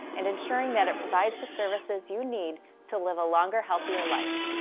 and ensuring that it provides the services you need to live a longer, healthier life.